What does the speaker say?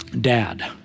Dad